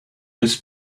this